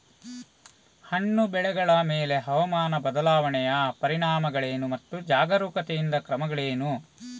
ಹಣ್ಣು ಬೆಳೆಗಳ ಮೇಲೆ ಹವಾಮಾನ ಬದಲಾವಣೆಯ ಪರಿಣಾಮಗಳೇನು ಮತ್ತು ಜಾಗರೂಕತೆಯಿಂದ ಕ್ರಮಗಳೇನು?